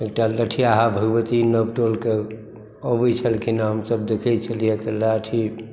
एकटा लठियाहा भगवती नवटोलके अबैत छलखिन हेँ हमसभ देखैत छलियैए लाठी